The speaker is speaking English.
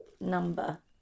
number